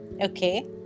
Okay